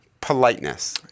politeness